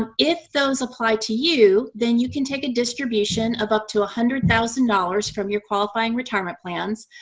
um if those apply to you, then you can take a distribution of up to one ah hundred thousand dollars from your qualifying retirement plans.